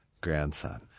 grandson